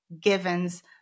givens